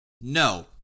No